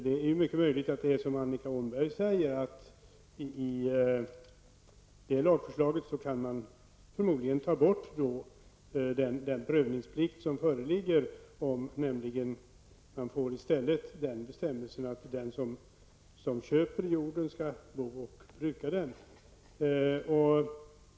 Det är mycket möjligt att det är som Annika Åhnberg säger, nämligen att man i det lagförslaget förmodligen kan ta bort den prövningsplikt som föreligger om man i stället får en bestämmelse som innebär att den som köper jorden skall bo på den och bruka den.